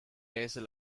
laser